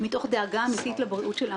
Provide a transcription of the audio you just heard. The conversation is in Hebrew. מתוך דאגה אמיתית לבריאות של האוכלוסייה.